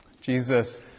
Jesus